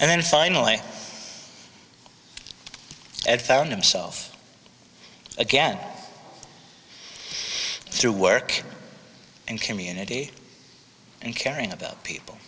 and then finally ed found himself again through work and community and caring about people